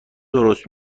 درست